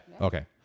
okay